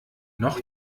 noch